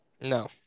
No